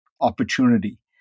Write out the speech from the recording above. opportunity